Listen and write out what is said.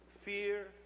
fear